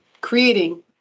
creating